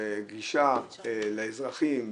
בגישה לאזרחים,